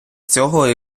цього